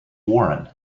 warren